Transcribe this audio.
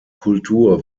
kultur